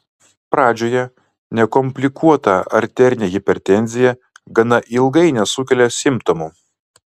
pradžioje nekomplikuota arterinė hipertenzija gana ilgai nesukelia simptomų